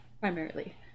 primarily